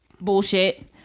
Bullshit